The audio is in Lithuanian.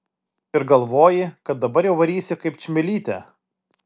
ir galvoji kad dabar jau varysi kaip čmilytė